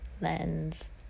lens